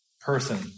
person